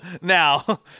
Now